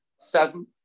Seven